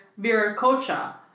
Viracocha